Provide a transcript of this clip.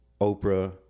Oprah